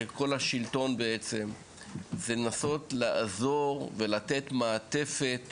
של כל השלטון בעצם זה לנסות לעזור ולתת מעטפת